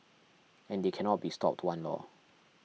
and they cannot be stopped one lor